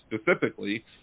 specifically